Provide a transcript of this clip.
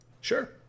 Sure